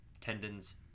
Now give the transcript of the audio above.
tendons